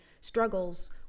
struggles